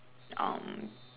um